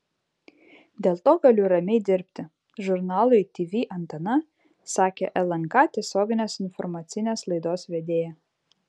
dėl to galiu ramiai dirbti žurnalui tv antena sakė lnk tiesioginės informacinės laidos vedėja